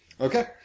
Okay